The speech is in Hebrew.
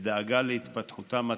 ובדאגה להתפתחותם התקינה.